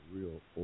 real